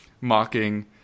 mocking